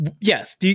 yes